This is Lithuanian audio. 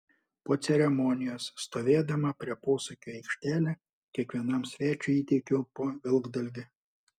po ceremonijos stovėdama prie posūkio į aikštelę kiekvienam svečiui įteikiau po vilkdalgį